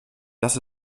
das